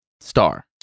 star